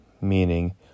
meaning